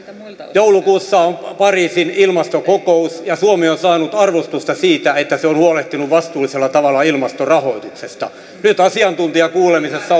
joulukuussa on pariisin ilmastokokous ja suomi on saanut arvostusta siitä että se on huolehtinut vastuullisella tavalla ilmastorahoituksesta nyt asiantuntijakuulemisessa